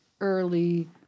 early